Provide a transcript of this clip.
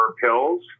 pills